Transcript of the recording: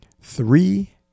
three